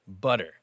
butter